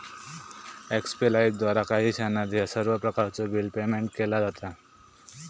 एक्स्पे लाइफद्वारा काही क्षणात ह्या सर्व प्रकारचो बिल पेयमेन्ट केला जाता